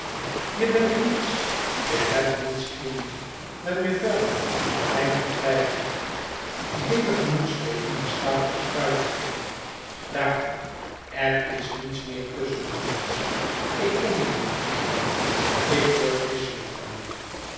je bent niets je hebt niets in je dan je vuil en klein getwijfel je heele gemoedsleven bestaat uit vuiligheid daar er is niets meer tusschen ons ik ken je niet meer ik word misselijk van je